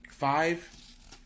Five